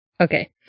Okay